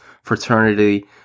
Fraternity